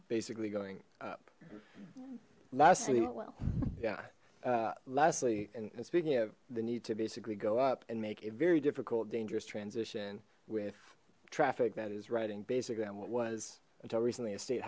basically going up lastly lastly and speaking of the need to basically go up and make a very difficult dangerous transition with traffic that is writing basically on what was until recently a state